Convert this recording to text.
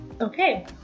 Okay